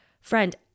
Friend